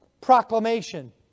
proclamation